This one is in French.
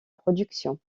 production